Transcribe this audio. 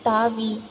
தாவி